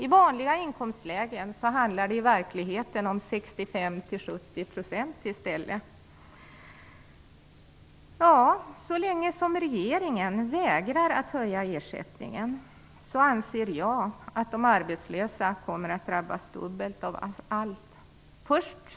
I vanliga inkomstlägen handlar det i verkligheten om 65 Så länge som regeringen vägrar höja ersättningen anser jag att de arbetslösa kommer att drabbas dubbelt av allt.